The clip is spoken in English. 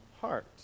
heart